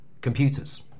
computers